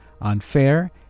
unfair